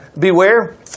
Beware